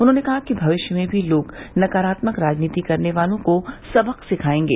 उन्होंने कहा कि भविष्य में भी लोग नकारात्मक राजनीति करने वालों को सबक सिखायेंगे